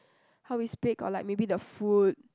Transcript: how we speak or like maybe the food